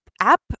app